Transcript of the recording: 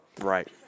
Right